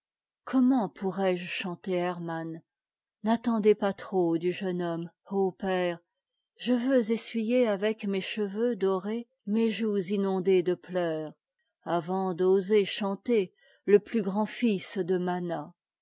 comment pourrais-je chan ter hërmann n'attendez pas trop'du jeune homme ô pè res je veux essuyer avec'mes'cheveux dorés mes joues inondées de pieùrs avant d'oser chan teriep ùs grand des fils de mana